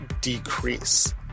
decrease